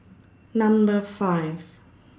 Number five